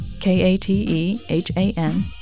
K-A-T-E-H-A-N